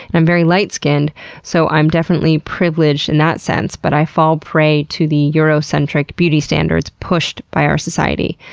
and i'm very light skinned so i'm definitely privileged in that sense, but i fall prey to the eurocentric beauty standards pushed by our society.